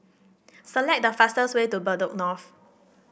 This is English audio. select the fastest way to Bedok North